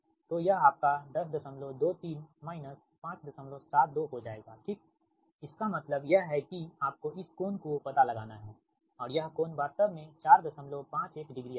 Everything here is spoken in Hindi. तो यह आपका 1023 माइनस 572 हो जाएगा ठीक इसका मतलब यह है कि आपको इस कोण को पता लगाना है और यह कोण वास्तव में 451 डिग्री आता है